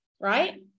right